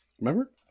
Remember